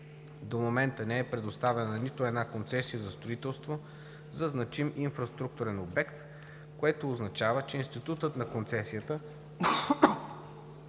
До момента не е предоставена нито една концесия за строителство за значим инфраструктурен обект, което означава, че институтът на концесията